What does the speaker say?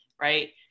right